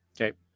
Okay